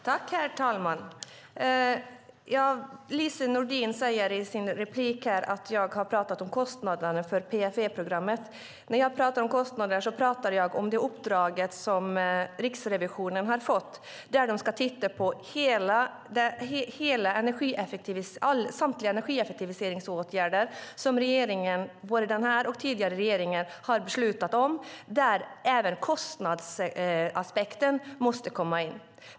Herr talman! Lise Nordin säger i sin replik att jag har talat om kostnaderna för PFE-programmet. När jag talar om kostnader talar jag om det uppdrag som Riksrevisionen har fått där den ska titta på samtliga energieffektiviseringsåtgärder som både denna regering och den tidigare regeringen har beslutat om där även kostnadsaspekten måste komma in.